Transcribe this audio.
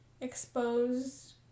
exposed